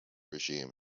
regime